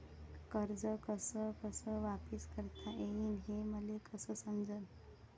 कर्ज कस कस वापिस करता येईन, हे मले कस समजनं?